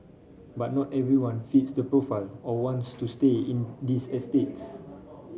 but not everyone fits the profile or wants to stay in these estates